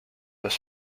was